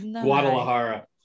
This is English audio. Guadalajara